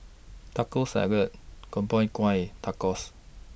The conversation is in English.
Taco Salad Gobchang Gui Tacos